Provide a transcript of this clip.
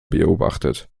beobachtet